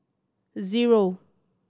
zero